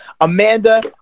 Amanda